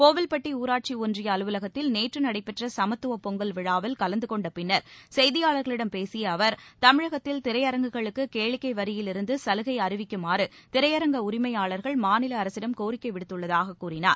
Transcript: கோவில்பட்டி ஊராட்சி ஒன்றிய அலுவலகத்தில் நேற்று நடைபெற்ற சமத்துவ பொங்கல் விழாவில் கலந்து கொண்ட பின்னர் செய்தியாளர்களிடம் பேசிய அவர் தமிழகத்தில் திரையரங்குகளுக்கு கேளிக்கை வரியில் இருந்து சலுகை அறிவிக்குமாறு திரையரங்க உரிமையாளர்கள் மாநில அரசிடம் கோரிக்கை விடுத்துள்ளதாக கூறினார்